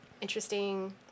interesting